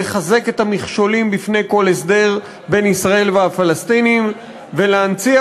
לחזק את המכשולים בפני כל הסדר בין ישראל והפלסטינים ולהנציח